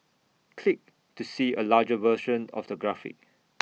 click to see A larger version of the graphic